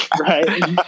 right